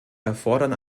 erfordern